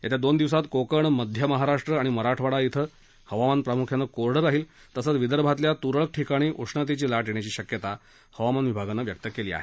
येत्या दोन दिवसात कोकण मध्य महाराष्ट्र आणि मराठवाडा इथं हवामान प्रामुख्यानं कोरडं राहील तसंच विदर्भातल्या तुरळक ठिकाणी उष्णतेची लाट येण्याची शक्यता हवामान विभागानं व्यक्त केली आहे